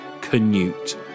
Canute